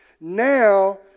now